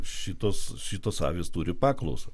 šitos šitos avys turi paklausą